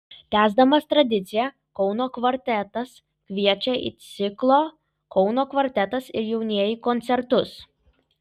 tęsdamas tradiciją kauno kvartetas kviečia į ciklo kauno kvartetas ir jaunieji koncertus